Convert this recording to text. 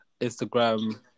Instagram